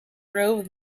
drove